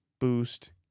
boost